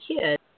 kid